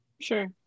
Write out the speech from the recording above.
Sure